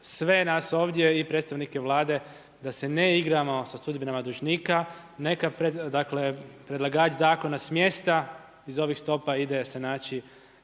sve nas ovdje i predstavnike Vlade da se ne igramo sa sudbinama dužnika, neka predlagač zakona smjesta iz ovih stopa ide se naći